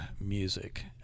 music